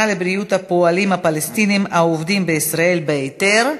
לבריאות הפועלים הפלסטינים העובדים בישראל בהיתר,